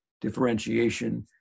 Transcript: differentiation